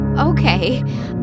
Okay